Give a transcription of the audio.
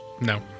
No